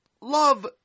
love